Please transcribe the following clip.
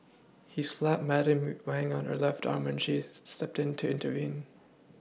he slapped Madam Wang on her left arm when she stepped in to intervene